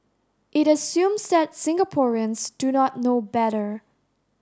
it assumes that Singaporeans do not know better